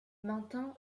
maintint